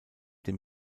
dem